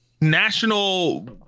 national